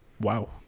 wow